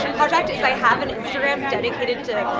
project is i have an instagram dedicated to